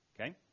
okay